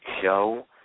show